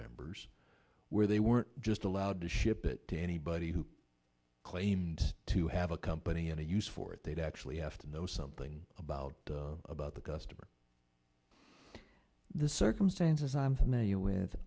members where they were just allowed to ship it to anybody who claimed to have a company and a use for it they'd actually have to know something about about the customer the circumstances i'm familiar with